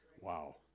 Wow